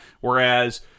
Whereas